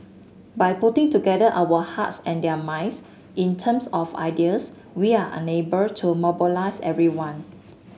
by putting together our hearts and their minds in terms of ideas we are unable to mobilize everyone